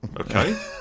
okay